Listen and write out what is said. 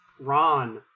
Ron